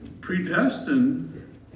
predestined